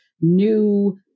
new